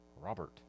Robert